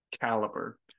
caliber